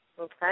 Okay